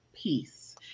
peace